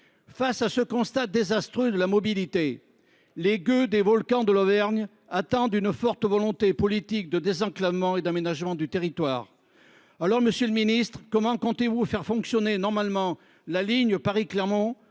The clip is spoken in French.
Face à ce constat désastreux en matière de mobilité, les gueux des volcans d’Auvergne attendent une forte volonté politique de désenclavement et d’aménagement du territoire. Monsieur le ministre, comment comptez vous faire fonctionner normalement la ligne Paris Clermont